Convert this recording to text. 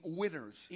winners